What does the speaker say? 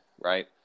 right